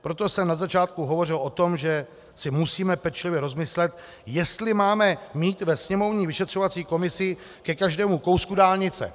Proto jsem na začátku hovořil o tom, že si musíme pečlivě rozmyslet, jestli máme mít sněmovní vyšetřovací komisi ke každému kousku dálnice.